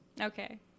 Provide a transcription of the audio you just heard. Okay